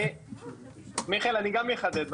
מיכאל אני אחדד.